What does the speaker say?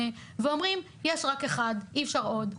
ואומרים שיש רק אחד ואי אפשר עוד.